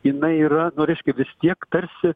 jinai yra nu reiškia vis tiek tarsi